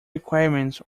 requirements